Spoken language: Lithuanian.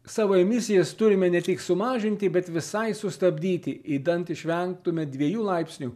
savo emisijas turime ne tik sumažinti bet visai sustabdyti idant išvengtume dviejų laipsnių